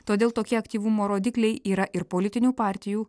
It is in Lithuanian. todėl tokie aktyvumo rodikliai yra ir politinių partijų